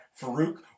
Farouk